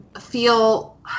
feel